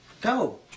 Go